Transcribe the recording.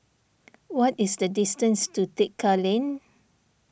what is the distance to Tekka Lane